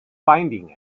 finding